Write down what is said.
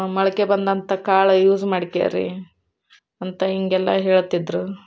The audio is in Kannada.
ಮೊಳಕೆ ಬಂದಂಥ ಕಾಳು ಯೂಸ್ ಮಾಡ್ಕೋರಿ ಅಂತ ಹಿಂಗೆಲ್ಲ ಹೇಳ್ತಿದ್ದರು